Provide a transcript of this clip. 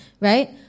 right